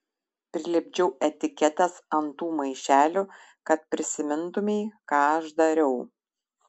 prilipdžiau etiketes ant tų maišelių kad prisimintumei ką aš dariau